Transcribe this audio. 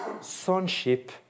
sonship